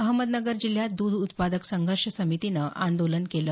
अहमदनगर जिल्ह्यात दुध उत्पादक संघर्ष समितीनं आंदोलन केलं